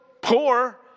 poor